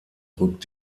rückt